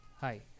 Hi